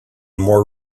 more